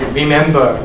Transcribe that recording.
remember